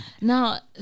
Now